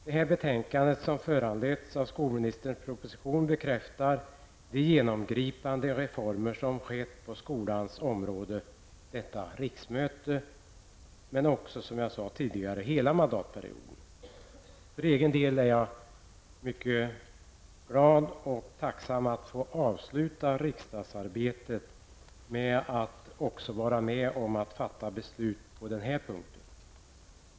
Det här betänkandet, som föranletts av skolministerns proposition, bekräftar de genomgripande reformer som skett på skolans område detta riksmöte men också, som jag sade tidigare, hela mandatperioden. För egen del är jag mycket glad och tacksam över att få avsluta riksdagsarbetet med att också vara med om att fatta beslut på den här punkten.